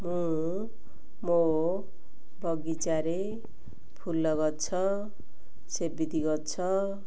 ମୁଁ ମୋ ବଗିଚାରେ ଫୁଲ ଗଛ ସେବତି ଗଛ